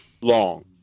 long